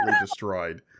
destroyed